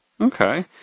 Okay